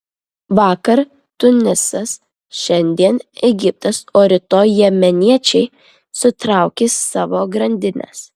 vakar tunisas šiandien egiptas o rytoj jemeniečiai sutraukys savo grandines